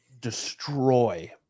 destroy